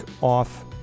off